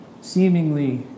seemingly